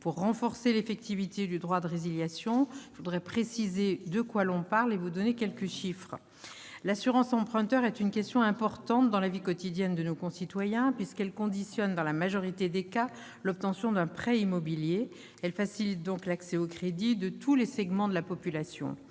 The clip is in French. pour renforcer l'effectivité du droit de résiliation, je veux préciser de quoi l'on parle et vous donner quelques chiffres. L'assurance emprunteur est une question importante dans la vie quotidienne de nos concitoyens, puisqu'elle conditionne, dans la majorité des cas, l'obtention d'un prêt immobilier. Elle facilite donc l'accès au crédit de tous les segments de la population.